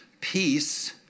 Peace